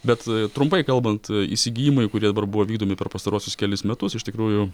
bet trumpai kalbant įsigijimai kurie dabar buvo vykdomi per pastaruosius kelis metus iš tikrųjų